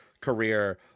career